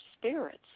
spirits